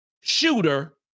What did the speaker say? shooter